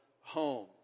home